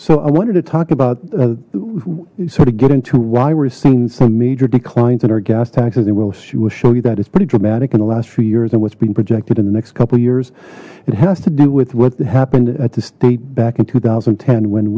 so i wanted to talk about sort of get into why we're seeing some major declines and our gas taxes and we'll she will show you that it's pretty dramatic in the last few years and what's being projected in the next couple years it has to do with what happened at the state back in two thousand and ten when